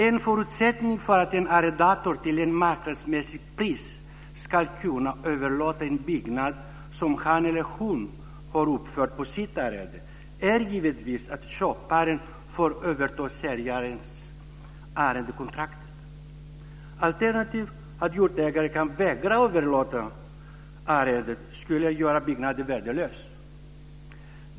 En förutsättning för att en arrendator till ett marknadsmässigt pris ska kunna överlåta en byggnad som han eller hon har uppfört på sitt arrende är givetvis att köparen får överta säljarens arrendekontrakt. Alternativet, att jordägaren kan vägra överlåta arrendet, skulle göra byggnaden värdelös.